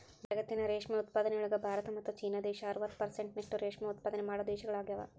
ಜಗತ್ತಿನ ರೇಷ್ಮೆ ಉತ್ಪಾದನೆಯೊಳಗ ಭಾರತ ಮತ್ತ್ ಚೇನಾ ದೇಶ ಅರವತ್ ಪೆರ್ಸೆಂಟ್ನಷ್ಟ ರೇಷ್ಮೆ ಉತ್ಪಾದನೆ ಮಾಡೋ ದೇಶಗಳಗ್ಯಾವ